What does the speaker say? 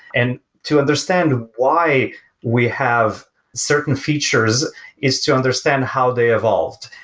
and to understand why we have certain features is to understand how they evolved,